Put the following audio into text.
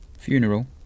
funeral